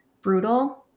brutal